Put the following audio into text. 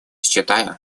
считаю